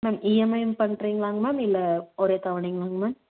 ma'am EMI பண்ணுறீங்களாங் ma'am இல்லை ஒரே தவணைங்களாங்க மேம்